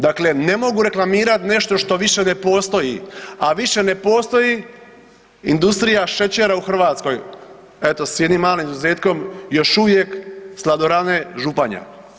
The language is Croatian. Dakle, ne mogu reklamirat nešto što više ne postoji, a više ne postoji industrija šećera u Hrvatskoj, eto s jednim malim izuzetkom, još uvijek Sladorane Županja.